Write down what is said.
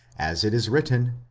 as it is written,